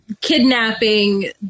kidnapping